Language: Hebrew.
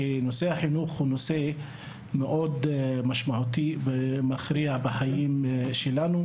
כי נושא החינוך הוא נושא מאוד משמעותי ומכריע בחיים שלנו.